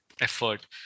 effort